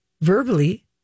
verbally